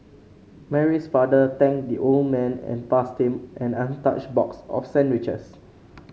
Mary's father thanked the old man and passed him an untouched box of sandwiches